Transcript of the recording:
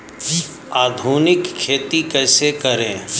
आधुनिक खेती कैसे करें?